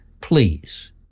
Please